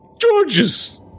Georges